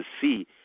see